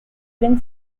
been